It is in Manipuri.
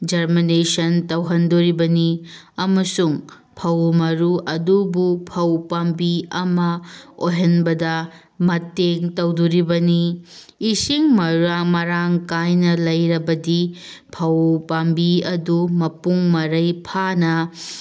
ꯖꯔꯃꯅꯦꯁꯟ ꯇꯧꯍꯟꯗꯣꯔꯤꯕꯅꯤ ꯑꯃꯁꯨꯡ ꯐꯧ ꯃꯔꯨ ꯑꯗꯨꯕꯨ ꯐꯧ ꯄꯥꯝꯕꯤ ꯑꯃ ꯑꯣꯏꯍꯟꯕꯗ ꯃꯇꯦꯡ ꯇꯧꯗꯣꯔꯤꯕꯅꯤ ꯏꯁꯤꯡ ꯃꯔꯥꯡ ꯀꯥꯏꯅ ꯂꯩꯔꯕꯗꯤ ꯐꯧ ꯄꯥꯝꯕꯤ ꯑꯗꯨ ꯃꯄꯨꯡ ꯃꯔꯩ ꯐꯥꯅ